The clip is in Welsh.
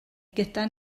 gyda